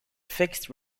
fixed